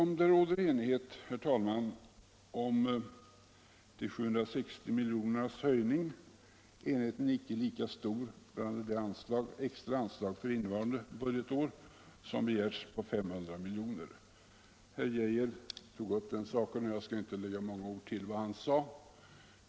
Men råder enighet om höjningen på 760 miljoner, så är enigheten inte lika stor rörande det extra anslag på 500 miljoner som begärs för innevarande budgetår. Herr Arne Geijer i Stockholm tog upp den saken, och jag skall inte nu lägga många ord till vad han sade.